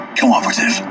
cooperative